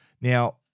Now